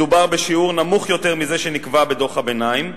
מדובר בשיעור נמוך יותר מזה שנקבע בדוח הביניים,